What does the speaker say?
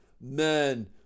men